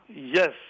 yes